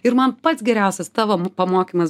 ir man pats geriausias tavo pamokymas